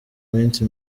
minsi